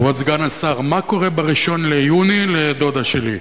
כבוד סגן השר, מה קורה ב-1 ביוני לדודה שלי?